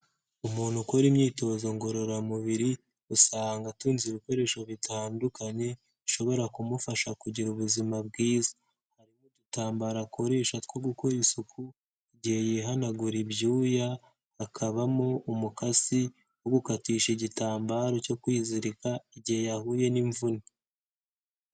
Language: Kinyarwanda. Umuntu ukora imyitozo ngororamubiri usanga atunze ibikoresho bitandukanye bishobora kumufasha kugira ubuzima bwiza. Udutambaro akoresha two gukora isuku igihe yihanagura ibyuya, hakabamo umukasi wo gukatisha igitambaro cyo kwizirika igihe yahuye n'imvune.